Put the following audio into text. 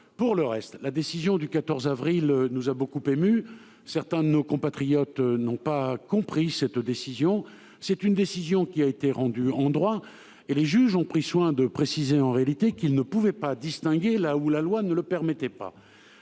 Pour le reste, la décision du 14 avril nous a beaucoup émus. Certains de nos compatriotes n'ont pas compris cette décision. Elle a été rendue en droit, et les juges ont pris soin de préciser qu'ils ne pouvaient pas distinguer là où la loi ne le permettait pas.